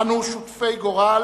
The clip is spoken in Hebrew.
אנו שותפי גורל.